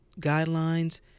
guidelines